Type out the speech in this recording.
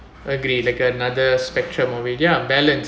agree like another spectrum already ah balance